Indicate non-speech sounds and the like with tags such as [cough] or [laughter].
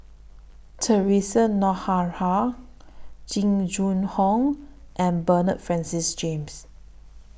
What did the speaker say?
Theresa [unintelligible] Jing Jun Hong and Bernard Francis James